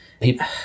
people